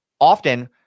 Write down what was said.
often